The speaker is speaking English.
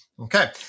Okay